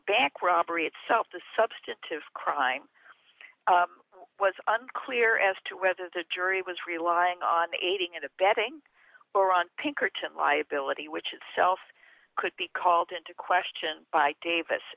back robbery itself the substantive crime was unclear as to whether the jury was relying on aiding and abetting or on pinkerton liability which itself could be called into question by davis